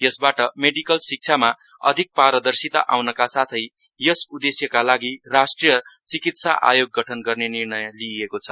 यसबाट मेडिकल शिक्षामा अधिक पारदर्शिता आउनका साथै यस उदेश्यकालाई राष्ट्रिय चिकित्सा आयोग गठन गर्ने निर्णय लिइएको छ